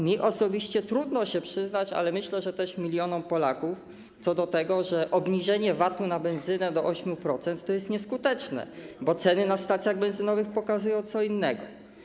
Mnie osobiście trudno przyznać, ale myślę, że też milionom Polaków, że obniżenie VAT-u na benzynę do 8% jest nieskuteczne, bo ceny na stacjach benzynowych pokazują co innego.